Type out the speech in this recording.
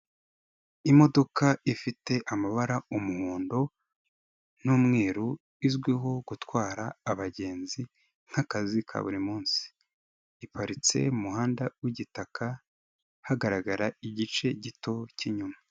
Imodoka ifite amabara umuhondo n'umweru, izwiho gutwara abagenzi nk'akazi ka buri munsi, iparitse mu muhanda w'igitaka hagaragara igice gito cy'inyuma.